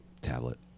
tablet